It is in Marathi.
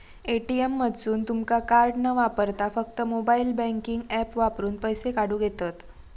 ए.टी.एम मधसून तुमका कार्ड न वापरता फक्त मोबाईल बँकिंग ऍप वापरून पैसे काढूक येतंत